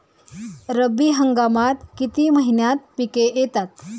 रब्बी हंगामात किती महिन्यांत पिके येतात?